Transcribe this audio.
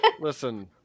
Listen